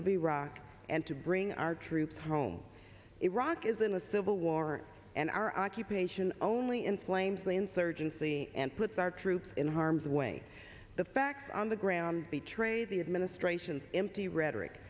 of iraq and to bring our troops home iraq isn't a civil war and our occupation only inflames the insurgency and puts our troops in harm's way the facts on the ground the trade the administration's empty rhetoric